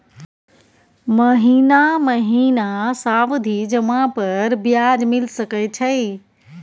महीना महीना सावधि जमा पर ब्याज मिल सके छै?